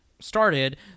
started